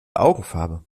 augenfarbe